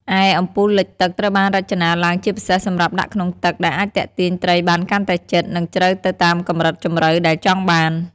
ឯ អំពូលលិចទឹក ត្រូវបានរចនាឡើងជាពិសេសសម្រាប់ដាក់ក្នុងទឹក ដែលអាចទាក់ទាញត្រីបានកាន់តែជិត និងជ្រៅទៅតាមកម្រិតជម្រៅដែលចង់បាន។